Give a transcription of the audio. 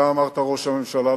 אתה אמרת לאחרונה, ראש הממשלה,